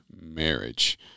marriage